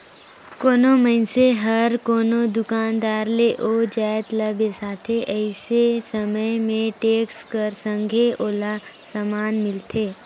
कोनो मइनसे हर कोनो दुकानदार ले ओ जाएत ल बेसाथे अइसे समे में टेक्स कर संघे ओला समान मिलथे